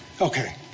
Okay